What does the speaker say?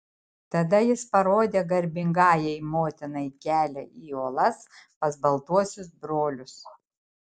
tada jis parodė garbingajai motinai kelią į uolas pas baltuosius brolius